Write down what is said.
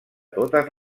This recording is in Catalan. totes